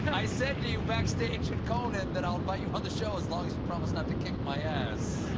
i said to you backstage at conan that i'll invite you on the show as long as you promise not to kick my ass.